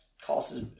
costs